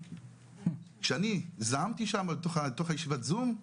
כשאני זעמתי לתוך ישיבת זום,